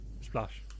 Splash